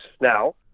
now